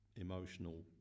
emotional